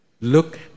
Look